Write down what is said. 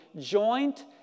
joint